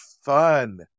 fun